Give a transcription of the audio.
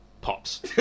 pops